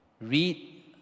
read